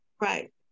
Right